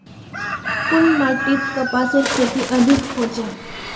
कुन माटित कपासेर खेती अधिक होचे?